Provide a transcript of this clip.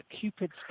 Cupid's